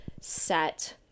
set